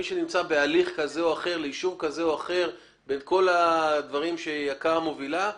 מי שנמצא בהליך כזה או אחר לאישור כזה או אחר בכל הדברים שיק"ר מובילה,